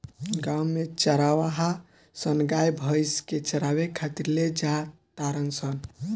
गांव में चारवाहा सन गाय भइस के चारावे खातिर ले जा तारण सन